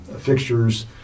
fixtures